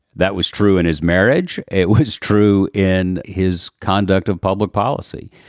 that was true in his marriage. it was true in his conduct of public policy.